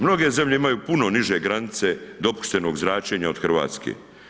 Mnoge zemlje imaju puno niže granice dopuštenog zračenja od Hrvatske.